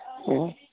ہوں